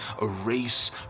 erase